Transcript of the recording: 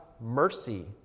mercy